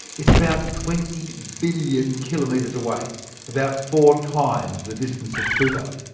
it's about twenty billion kilometres away about four times the distance of pluto.